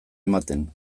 ematen